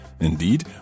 Indeed